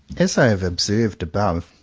as i have observed above,